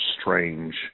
strange